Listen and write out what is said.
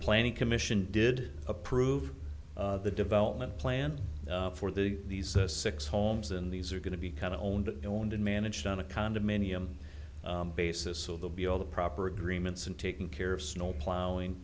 planning commission did approve the development plan for the these six homes and these are going to be kind of owned owned and managed on a condominium basis so they'll be all the proper agreements and taking care of snow plowing